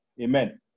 Amen